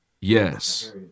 Yes